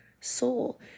soul